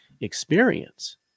experience